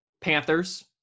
panthers